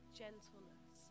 gentleness